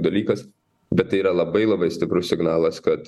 dalykas bet tai yra labai labai stiprus signalas kad